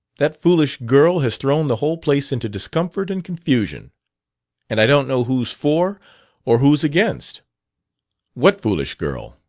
that foolish girl has thrown the whole place into discomfort and confusion and i don't know who's for or who's against what foolish girl?